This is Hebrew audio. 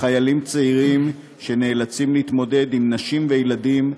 חיילים צעירים שנאלצים להתמודד עם נשים וילדים,